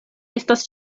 estas